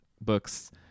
books